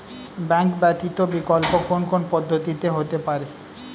Bank ব্যতীত বিকল্প কোন কোন পদ্ধতিতে হতে পারে?